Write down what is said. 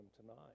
tonight